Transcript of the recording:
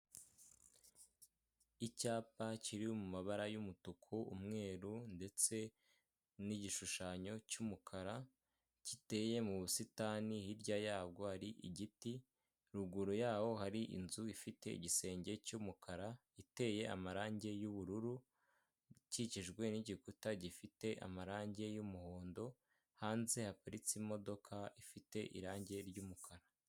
Icyapa kiri mu mabara y'umutuku, umweru ndetse n'igishushanyo cy'umukara giteye mu busitani. Hirya yabwo hari igiti, ruguru yaho hari inzu ifite igisenge cy'umukara iteye amarangi y'ubururu ikikijwe n'igikuta gifite amarangi y'umuhondo. Hanze haparitse imodoka ifite irangi ry'umukara.